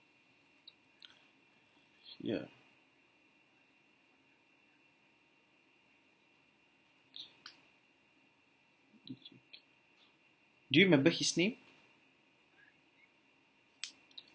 ya do you remember his name